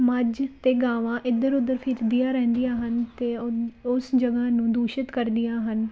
ਮੱਝ ਅਤੇ ਗਾਵਾਂ ਇੱਧਰ ਉੱਧਰ ਫਿਰਦੀਆਂ ਰਹਿੰਦੀਆਂ ਹਨ ਅਤੇ ਉਹ ਉਸ ਜਗ੍ਹਾ ਨੂੰ ਦੂਸ਼ਿਤ ਕਰਦੀਆਂ ਹਨ